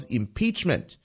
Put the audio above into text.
impeachment